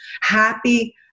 happy